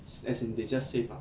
as in they just save ah